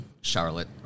Charlotte